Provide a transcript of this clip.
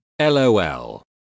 LOL